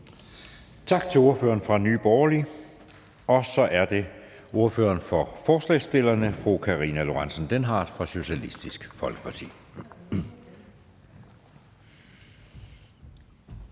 Tak til ordføreren fra Nye Borgerlige. Og så er det ordføreren for forslagsstillerne, fru Karina Lorentzen Dehnhardt fra Socialistisk Folkeparti.